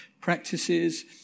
practices